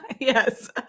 Yes